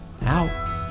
out